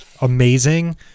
amazing